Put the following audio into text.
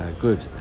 good